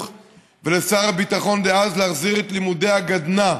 ולשר הביטחון דאז להחזיר את לימודי הגדנ"ע